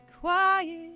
quiet